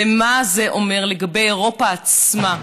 ומה זה אומר לגבי אירופה עצמה.